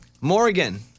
Morgan